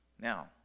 Now